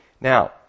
Now